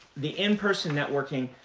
the in-person networking,